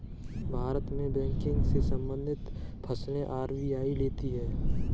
भारत में बैंकिंग से सम्बंधित फैसले आर.बी.आई लेती है